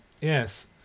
Yes